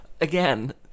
Again